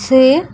ସେ